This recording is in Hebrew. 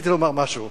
רציתי לומר משהו